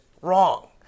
wrong